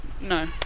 no